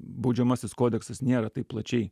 baudžiamasis kodeksas nėra taip plačiai